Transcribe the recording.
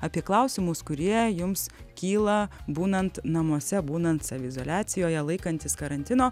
apie klausimus kurie jums kyla būnant namuose būnant saviizoliacijoje laikantis karantino